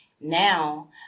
now